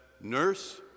nurse